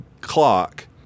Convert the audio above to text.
clock